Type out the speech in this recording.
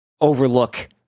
overlook